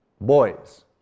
boys